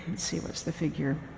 see what's the figure,